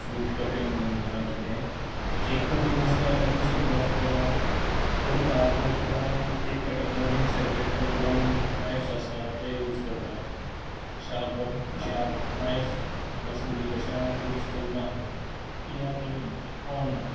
fruit cutting म्हण नाल्यार कितें केक कटींग आसता तेन्ना सुद्दां ऑफकॉज हांव करता बट केक कटिंगां बीन सॅपरेट वुडन नायफ्स आसता तें यूज करतां शार्प ऑप शार्प नायफ नाल्या सुरी तशें हांव यूज केन्ना किद्या तें आवडना